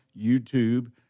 YouTube